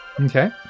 Okay